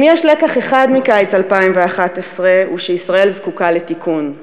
אם יש לקח אחד מקיץ 2011 הוא שישראל זקוקה לתיקון,